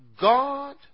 God